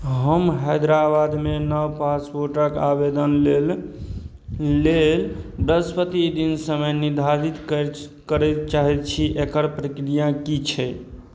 हम हैदराबादमे नब पासपोर्टक आबेदन लेल बृहस्पति दिन समय निर्धारित करय चाहैत छी एकर प्रक्रिया की छै